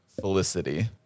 Felicity